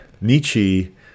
Nietzsche